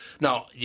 now